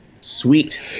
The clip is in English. Sweet